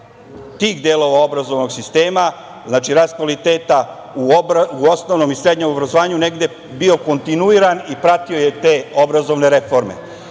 tih delova obrazovnog sistema, znači, rast kvaliteta u osnovnom i srednjem obrazovanju negde bio kontinuiran i pratio je te obrazovne reforme,